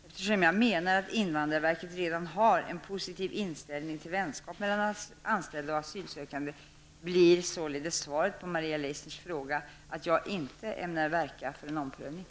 Eftersom jag menar att invandrarverket redan har en positiv inställning till vänskap mellan anställda och asylsökande, blir således svaret på Maria Leissners fråga att jag inte ämnar verka för en omprövning.